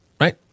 right